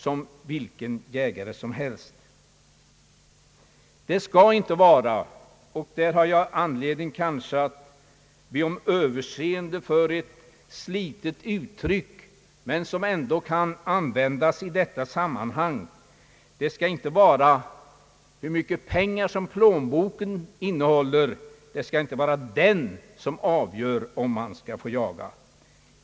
Jag ber om överseende för att jag använder ett slitet uttryck, men jag vill ändock säga, att det icke får vara hur mycket pengar plånboken innehåller som avgör om man skall få jaga eller ej.